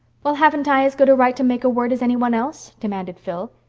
well, haven't i as good a right to make a word as any one else? demanded phil.